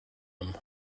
him